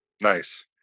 Nice